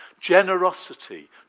Generosity